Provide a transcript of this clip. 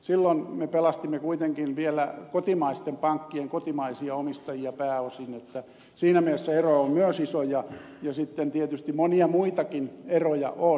silloin me pelastimme kuitenkin vielä kotimaisten pankkien kotimaisia omistajia pääosin joten siinä mielessä ero on myös iso ja sitten tietysti monia muitakin eroja on